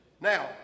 Now